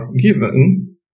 given